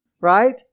Right